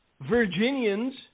Virginians